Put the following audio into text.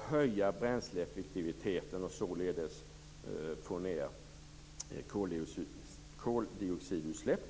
höja bränsleeffektiviteten och således få ned koldioxidutsläppen.